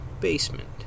basement